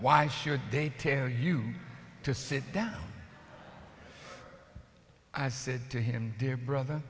why should they tell you to sit down i said to him dear brother